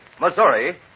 Missouri